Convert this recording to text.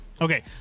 Okay